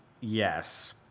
Yes